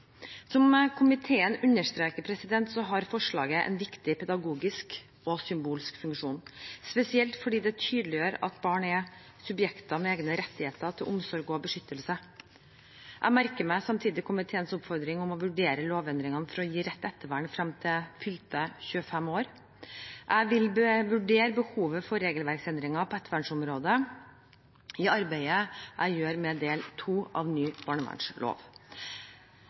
Som komiteen understreker, har forslaget en viktig pedagogisk og symbolsk funksjon, spesielt fordi det tydeliggjør at barn er subjekter med egne rettigheter til omsorg og beskyttelse. Jeg merker meg samtidig komiteens oppfordring om å vurdere lovendringene for å gi rett ettervern frem til fylte 25 år. Jeg vil vurdere behovet for regelverksendringer på ettervernsområdet i arbeidet jeg gjør med del 2 av ny barnevernslov.